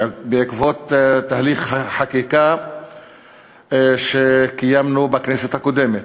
בעקבות תהליך חקיקה שקיימנו בכנסת הקודמת.